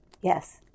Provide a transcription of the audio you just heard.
Yes